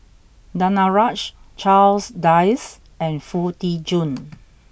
Danaraj Charles Dyce and Foo Tee Jun